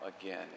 again